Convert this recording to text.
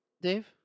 Dave